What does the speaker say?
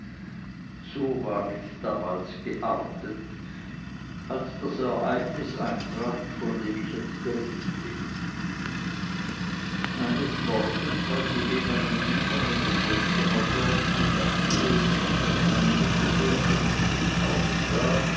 so war ich damals geartet als das ereignis eintrat von dem ich jetzt berichten will eines morgens als ich mit meinen büchern in das wohnzimmer trat bemerkte ich daß meine mutter sehr ängstlich aussah